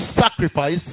sacrifice